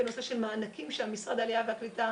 בנושא של מענקים שמשרד העלייה והקליטה